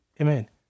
Amen